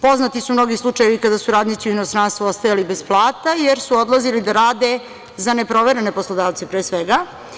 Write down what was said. Poznati su mnogi slučajevi kada su radnici u inostranstvu ostajali bez plata, jer su odlazili da rade za ne proverene poslodavce, pre svega.